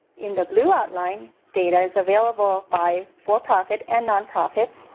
in the blue outline, data is available by for profit and nonprofit,